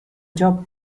job